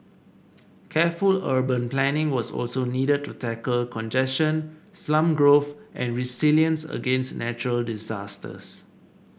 careful urban planning was also needed to tackle congestion slum growth and resilience against natural disasters